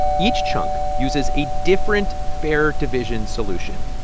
each chunk uses a different fair division solution,